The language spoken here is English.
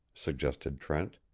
suggested trent.